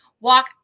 Walk